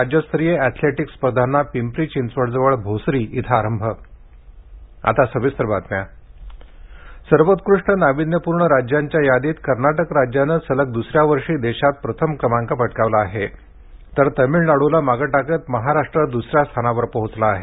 राज्यस्तरीय अॅथलेटिक्स स्पर्धांना पिंपरी चिंचवडजवळ भोसरी इथं आरंभ नीती आयोग सर्वोत्कृष्ट नाविन्यपूर्ण राज्यांच्या यादीत कर्नाटक राज्याने सलग द्सऱ्या वर्षी देशात प्रथम क्रमांक पटकावला आहे तर तामिळनाडूला मागे टाकत महाराष्ट्र द्सऱ्या स्थानावर पोचला आहे